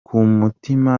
mutima